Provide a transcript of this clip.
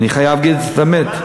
אני חייב להגיד באמת,